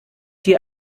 dir